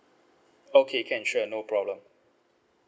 okay can sure no problem